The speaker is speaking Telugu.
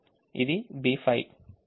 ఇది B5